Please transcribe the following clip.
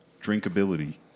drinkability